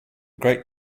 great